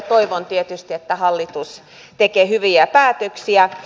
toivon tietysti että hallitus tekee hyviä päätöksiä